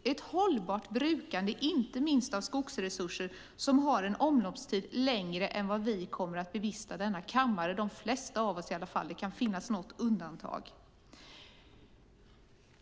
Det handlar om ett hållbart brukande, inte minst av skogsresurser som har en omloppstid som är längre än vad vi kommer att bevista denna kammare, i alla fall de flesta av oss. Det kan finnas något undantag.